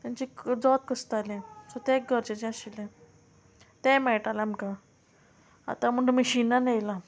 तेंचे जोत कसताले सो ते गरजेचें आशिल्लें तें मेळटालें आमकां आतां म्हूण तो मॅशिनान येयलां